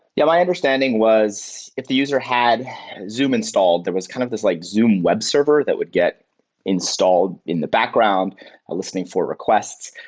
yeah. my understanding was if the user had zoom installed, there was kind of this like zoom webserver that would get installed in the background listening for requests.